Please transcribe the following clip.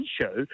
show